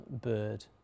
Bird